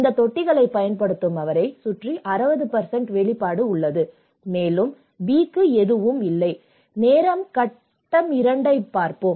இந்த தொட்டிகளைப் பயன்படுத்தும் அவரைச் சுற்றி 60 வெளிப்பாடு உள்ளது மேலும் B க்கு எதுவும் இல்லை நேர கட்டம் 2 ஐப் பார்ப்போம்